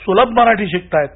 सुलभ मराठी शिकताहेत